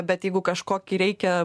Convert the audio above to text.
bet jeigu kažkokį reikia